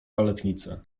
baletnice